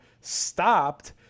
stopped